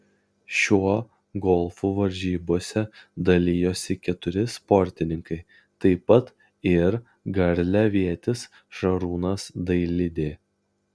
šiuo golfu varžybose dalijosi keturi sportininkai taip pat ir garliavietis šarūnas dailidė